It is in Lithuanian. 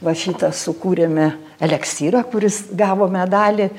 va šitą sukūrėme eliksyrą kuris gavo medalį